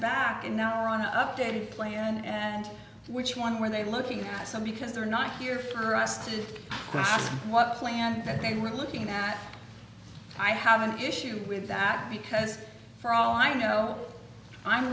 back in our updated plan and which one were they looking at some because they're not here for us to know what plant that they were looking at i have an issue with that because for all i know i'm